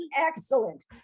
Excellent